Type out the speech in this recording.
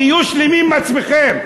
תהיו שלמים עם עצמכם.